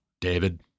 David